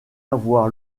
avoir